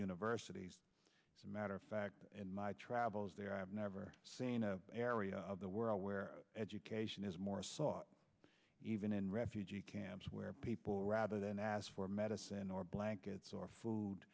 universities as a matter of fact in my travels there i have never seen a area of the world where education is more sought even in refugee camps where people rather than ask for medicine or blankets or food